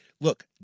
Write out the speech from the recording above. Look